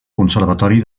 conservatori